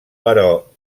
però